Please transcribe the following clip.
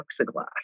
plexiglass